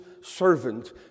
servant